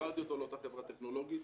חיברתי אותו לאותה חברה טכנולוגית